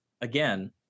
again